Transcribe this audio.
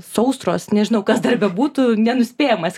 sausros nežinau kas dar bebūtų nenuspėjamas